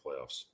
playoffs